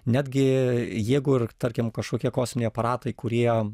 netgi jeigu ir tarkim kažkokie kosminiai aparatai kurie